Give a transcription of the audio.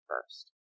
first